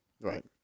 Right